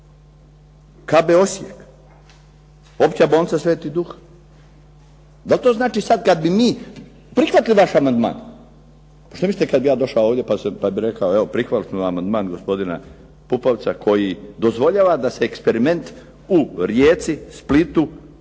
KB Osijek, Opća bolnica Sv. Duh. Da li to znači kada bi mi prihvatili vaš amandman, što mislite sada kada bi ja došao ovdje i kada bih rekao, evo prihvatili smo amandman gospodina Pupovca koji dozvoljava da se eksperiment u Rijeci, Splitu,